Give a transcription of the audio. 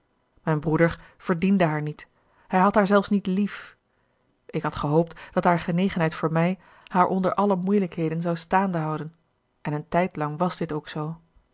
mijn broeder verdiende haar niet hij had haar zelfs niet lief ik had gehoopt dat haar genegenheid voor mij haar onder alle moeilijkheden zou staande houden en een tijdlang was dit ook zoo